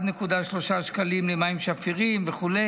1.3 שקלים למים שפירים וכו',